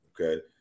Okay